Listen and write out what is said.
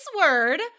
word